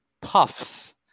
puffs